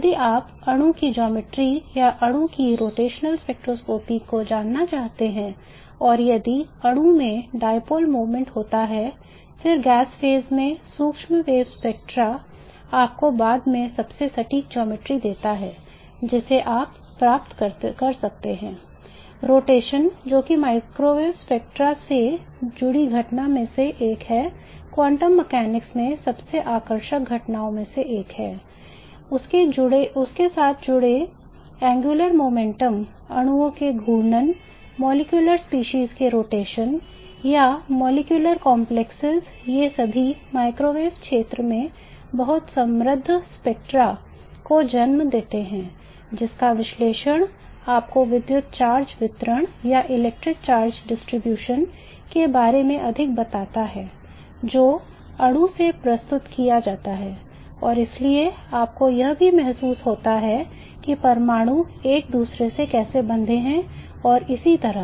यदि आप अणु की ज्यामिति या अणु की संतुलन संरचना के बारे में अधिक बताता है जो अणु में प्रस्तुत किया जाता है और इसलिए आपको यह भी महसूस होता है कि परमाणु एक दूसरे से कैसे बंधे हैं और इसी तरह